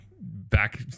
back